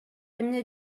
эмне